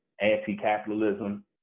anti-capitalism